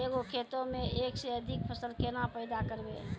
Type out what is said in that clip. एक गो खेतो मे एक से अधिक फसल केना पैदा करबै?